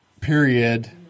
period